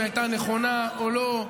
אם הייתה נכונה או לא.